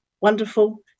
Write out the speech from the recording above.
wonderful